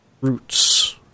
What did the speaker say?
roots